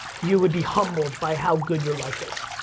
you would be humbled by how good your life is.